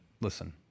listen